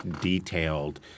detailed